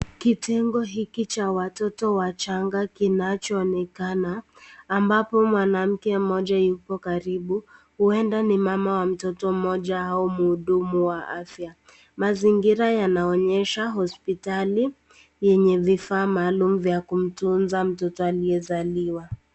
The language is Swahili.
Kitengo hiki cha watoto wachanga kinachoonekana ambapo mwanamke mmoja yuko karibu, uenda ni mama wa mtoto mmoja au mhudumu wa afya, mazingira yanaonyesha hospitali yenye vifaa maalum vya kumtunza mtoto aliyezaliwa.